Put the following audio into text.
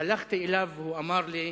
הלכתי אליו, והוא אמר לי: